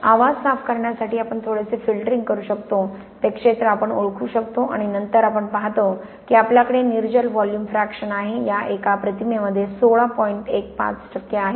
आवाज साफ करण्यासाठी आपण थोडेसे फिल्टरिंग करू शकतो ते क्षेत्र आपण ओळखू शकतो आणि नंतर आपण पाहतो की आपल्याकडे निर्जल व्हॉल्यूम फ्रॅकशन आहे या एका प्रतिमेमध्ये सोळा पॉइंट एक पाच टक्के आहे